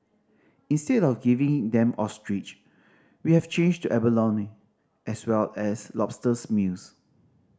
instead of giving them ostrich we have changed to abalone as well as lobster meals